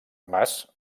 mas